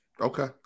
Okay